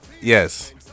Yes